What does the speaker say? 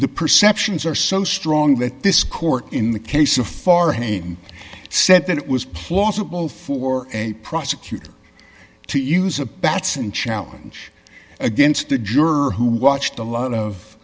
the perceptions are so strong that this court in the case of farhang said that it was plausible for a prosecutor to use a batson challenge against a juror who watched a lot of